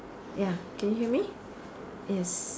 ya can you hear me yes